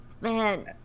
Man